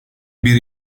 bir